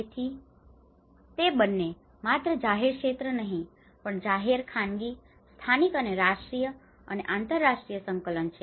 તેથી તે બંને માત્ર જાહેર ક્ષેત્ર જ નહીં પણ જાહેર ખાનગી સ્થાનિક અને રાષ્ટ્રીય અને આંતરરાષ્ટ્રીય સંકલન છે